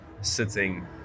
sitting